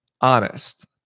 honest